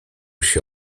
się